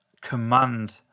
command